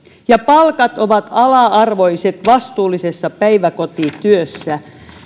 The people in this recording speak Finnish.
palkat ovat ala arvoiset vastuullisessa päiväkotityössä